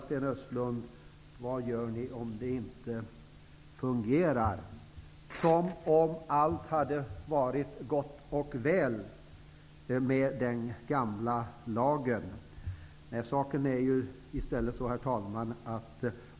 Som om allt hade varit gott och väl med den gamla lagen utropar Sten Östlund: Vad gör ni om den inte fungerar?